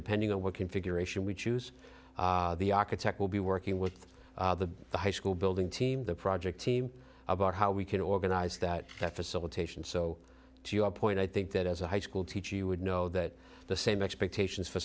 depending on what configuration we choose the architect will be working with the high school building team the project team about how we can organize that facilitation so to your point i think that as a high school teacher you would know that the same expectations for